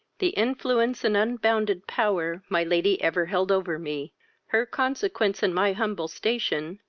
the influence and unbounded power my lady ever held over me her consequence, and my humble station,